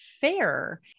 fair